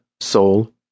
Soul